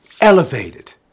elevated